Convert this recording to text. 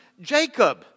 Jacob